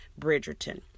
Bridgerton